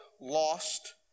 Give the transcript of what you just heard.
lost